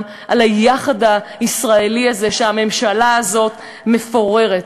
על היחד הישראלי הזה שהממשלה הזאת מפוררת,